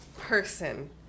person